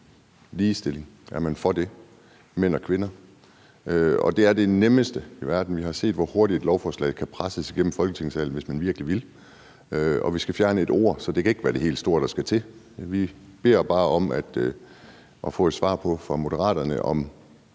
ligestilling mellem mænd og kvinder. Det er det nemmeste i verden. Vi har set, hvor hurtigt et lovforslag kan presses igennem Folketinget, hvis man virkelig vil, og vi skal bare fjerne et ord, så det kan ikke være det helt store, der skal til. Vi beder bare om at få et svar fra Moderaterne